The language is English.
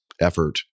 effort